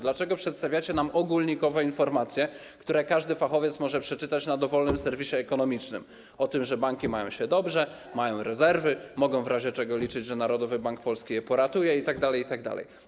Dlaczego przedstawiacie nam ogólnikowe informacje, które każdy fachowiec może przeczytać na dowolnym serwisie ekonomicznym, o tym, że banki mają się dobrze, mają rezerwy, mogą w razie czego liczyć na to, że Narodowy Bank Polski je poratuje itd., itd.